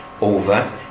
over